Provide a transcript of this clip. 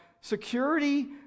security